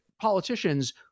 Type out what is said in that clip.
politicians